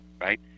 Right